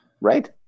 Right